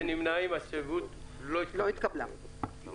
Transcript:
הצבעה לא נתקבלה.